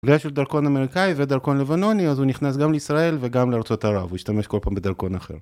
יש לו דרכון אמריקאי ודרכון לבנוני אז הוא נכנס גם לישראל וגם לארצות ערב, הוא השתמש כל פעם בדרכון אחר.